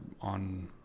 on